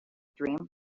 dream